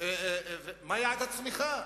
מה יעד הצמיחה.